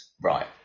Right